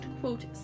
quote